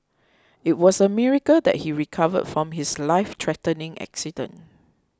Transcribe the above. it was a miracle that he recovered from his life threatening accident